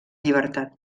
llibertat